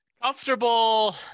comfortable